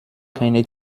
keine